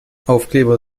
aufkleber